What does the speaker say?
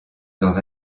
dans